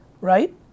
right